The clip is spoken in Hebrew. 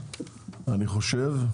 אני חושב,